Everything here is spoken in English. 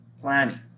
planning